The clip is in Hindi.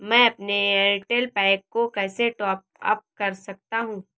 मैं अपने एयरटेल पैक को कैसे टॉप अप कर सकता हूँ?